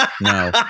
no